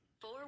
Four